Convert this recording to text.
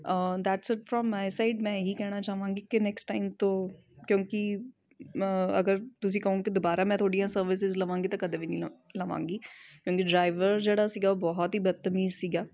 that's it from my side ਮੈਂ ਇਹ ਹੀ ਕਹਿਣਾ ਚਾਹਵਾਂਗੀ ਕਿ ਨੈਕਸਟ ਟਾਈਮ ਤੋਂ ਕਿਉਂਕਿ ਅਗਰ ਤੁਸੀਂ ਕਹੋ ਕਿ ਦੁਬਾਰਾ ਮੈਂ ਤੁਹਾਡੀਆਂ ਸਰਵਿਸਿਸ ਲਵਾਂਗੀ ਤਾਂ ਕਦੇ ਵੀ ਨਹੀਂ ਲਵਾਂ ਲਵਾਂਗੀ ਕਿਉੰਕਿ ਡਰਾਈਵਰ ਜਿਹੜਾ ਸੀਗਾ ਉਹ ਬਹੁਤ ਹੀ ਬਦਤਮੀਜ ਸੀਗਾ